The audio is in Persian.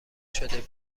شده